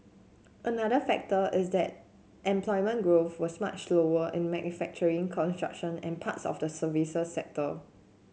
another factor is that employment growth was much slower in manufacturing construction and parts of the services sector